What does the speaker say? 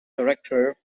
director